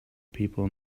people